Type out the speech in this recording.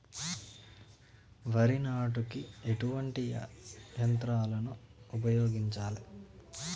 వరి నాటుకు ఎటువంటి యంత్రాలను ఉపయోగించాలే?